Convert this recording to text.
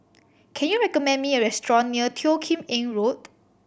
can you recommend me a restaurant near Teo Kim Eng Road